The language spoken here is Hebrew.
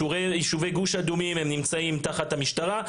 יישובי גוש אדומים נמצאים תחת המשטרה.